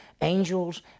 Angels